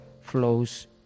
flows